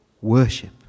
Worship